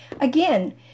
Again